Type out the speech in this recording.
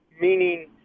Meaning